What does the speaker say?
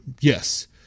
yes